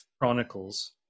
chronicles